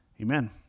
Amen